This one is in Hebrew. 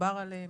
דובר עליהם,